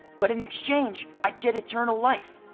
but in exchange, i'd get eternal life.